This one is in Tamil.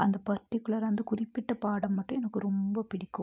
அந்த பர்டிகுலராக அந்த குறிப்பிட்ட பாடம் மட்டும் எனக்கு ரொம்ப பிடிக்கும்